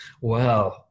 Wow